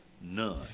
None